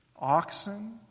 oxen